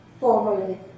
formerly